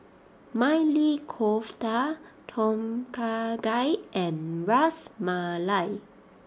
Maili Kofta Tom Kha Gai and Ras Malai